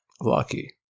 Lucky